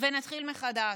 ונתחיל מחדש.